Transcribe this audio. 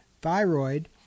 thyroid